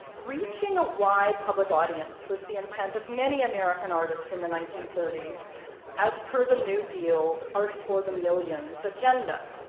reaching a wide public audience was the intent of many american artists in the nineteen thirty s as per the new deal's art for the millions agenda,